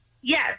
Yes